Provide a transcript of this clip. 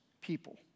people